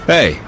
Hey